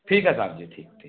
ठीक है साहब जी ठीक ठीक ठीक